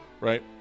right